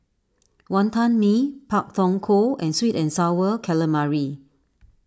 Wantan Mee Pak Thong Ko and Sweet and Sour Calamari